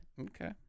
Okay